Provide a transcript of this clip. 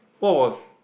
what was